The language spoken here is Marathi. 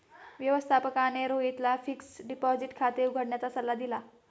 व्यवस्थापकाने रोहितला फिक्स्ड डिपॉझिट खाते उघडण्याचा सल्ला दिला